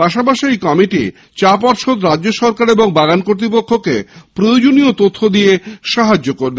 পাশাপাশি এই কমিটি চা পর্ষদ রাজ্য সরকার ও বাগান কতৃপক্ষকে প্রয়োজনীয় তথ্য দিয়ে সাহায্য করবে